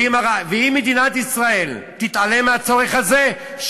ואם מדינת ישראל תתעלם מהצורך הזה,